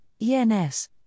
ENS